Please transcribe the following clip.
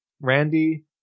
Randy